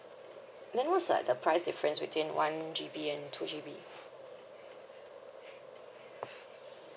then what's like the price difference between one G_B and two G_B